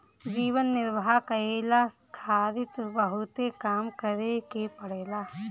जीवन निर्वाह कईला खारित बहुते काम करे के पड़ेला